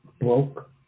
broke